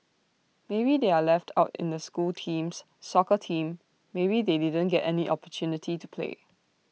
maybe they are left out in the school teams soccer team maybe they didn't get any opportunity to play